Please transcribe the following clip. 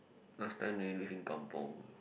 last time do you live in kampung